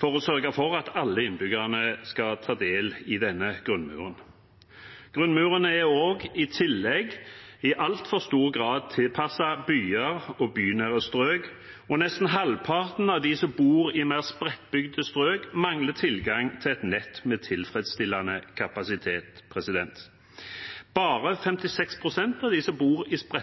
for å sørge for at alle innbyggerne skal få ta del i denne grunnmuren. I tillegg er grunnmuren også i altfor stor grad tilpasset byer og bynære strøk, og nesten halvparten av dem som bor i mer spredtbygde strøk, mangler tilgang til et nett med tilfredsstillende kapasitet. Bare 56 pst. av dem som bor i